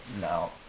no